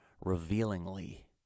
revealingly